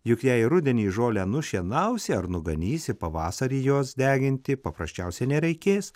juk jei rudenį žolę nušienausi ar nuganysiu pavasarį jos deginti paprasčiausiai nereikės